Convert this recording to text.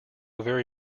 very